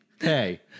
Hey